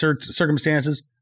circumstances